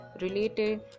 related